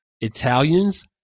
Italians